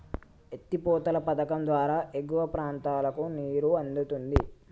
ఎత్తి పోతల పధకం ద్వారా ఎగువ ప్రాంతాలకు నీరు అందుతుంది